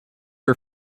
her